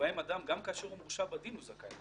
שבהם אדם גם כאשר הוא מורשע בדין הוא זכאי.